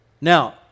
Now